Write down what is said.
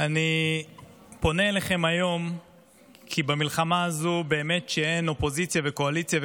אני פונה אליכם היום כי במלחמה הזו באמת שאין אופוזיציה וקואליציה,